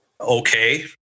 okay